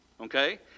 okay